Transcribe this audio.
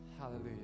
Hallelujah